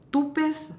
two pairs